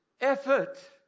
effort